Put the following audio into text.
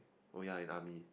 oh ya in army